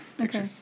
Okay